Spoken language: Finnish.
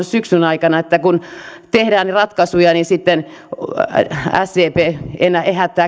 syksyn aikana että kun tehdään ratkaisuja niin sitten sdp ehättää